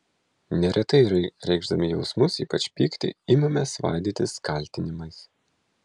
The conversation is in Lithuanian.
neretai reikšdami jausmus ypač pyktį imame svaidytis kaltinimais